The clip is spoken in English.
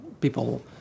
people